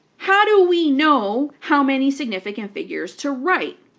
how do we know how many significant figures to write?